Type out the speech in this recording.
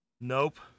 Nope